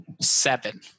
seven